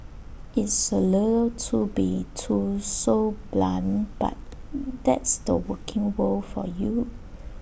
it's A little to be too so blunt but that's the working world for you